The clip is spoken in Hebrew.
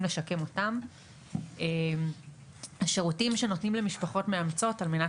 לשקם אותם; השירותים שנותנים למשפחות מאמצות על מנת